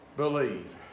Believe